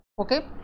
Okay